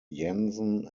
jansen